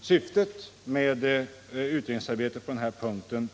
syftet med utredningsarbetet på den här punkten.